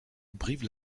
brive